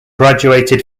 graduated